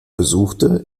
besuchte